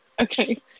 Okay